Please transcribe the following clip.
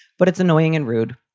but it's annoying and rude.